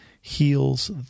heals